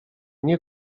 nie